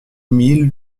mille